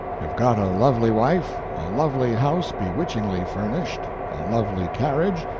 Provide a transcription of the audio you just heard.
have got a lovely wife, a lovely house bewitchingly furnished, a lovely carriage,